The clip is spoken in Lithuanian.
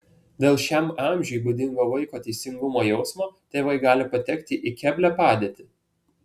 dėl šiam amžiui būdingo vaiko teisingumo jausmo tėvai gali patekti į keblią padėtį